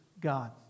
God